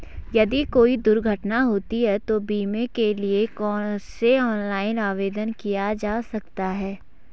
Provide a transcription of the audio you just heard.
यदि कोई दुर्घटना होती है तो बीमे के लिए कैसे ऑनलाइन आवेदन किया जा सकता है?